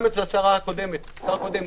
גם אצל השרה הקודמת והשר הקודם.